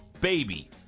baby